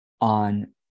on